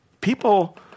people